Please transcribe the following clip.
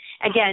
Again